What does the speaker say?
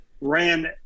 ran